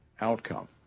outcome